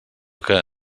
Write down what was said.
que